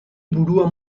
burua